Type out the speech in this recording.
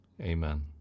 Amen